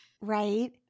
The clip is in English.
Right